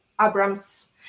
Abrams